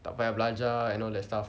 tak payah belajar and all that stuff